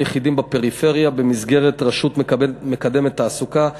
יחידים בפריפריה במסגרת רשות מקדמת תעסוקה.